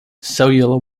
cellular